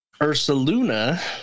Ursaluna